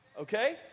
Okay